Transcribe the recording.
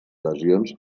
lesions